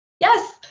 Yes